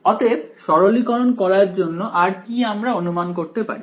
অতএব সরলীকরণ করার জন্য আর কি আমরা অনুমান করতে পারি